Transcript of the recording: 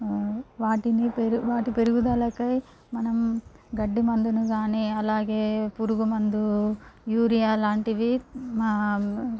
వాటిని పెరు వాటి పెరుగుదలకై మనం గడ్డి మందుని గానీ అలాగే పురుగు మందు యూరియా లాంటివి మా